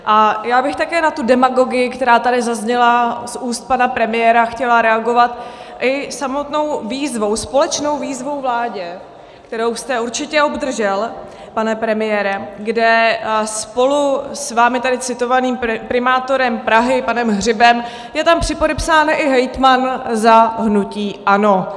A já bych také na tu demagogii, která tady zazněla z úst pana premiéra, chtěla reagovat i samotnou výzvou, společnou výzvou vládě, kterou jste určitě obdržel, pane premiére, kde spolu s vámi tady citovaným primátorem Prahy panem Hřibem je tam připodepsán i hejtman za hnutí ANO.